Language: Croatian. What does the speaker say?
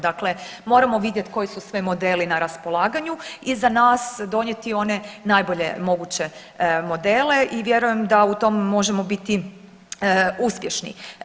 Dakle, moramo vidjeti koji su sve modeli na raspolaganju i za nas donijeti one najbolje moguće modele i vjerujem da u tom možemo biti uspješni.